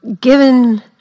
Given